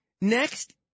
Next